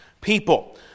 people